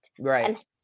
Right